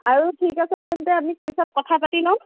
আৰু ঠিক আছে তেন্তে আমি পিছত কথা পাতি ল'ম